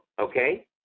Okay